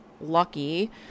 lucky